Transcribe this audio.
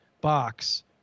box